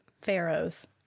pharaohs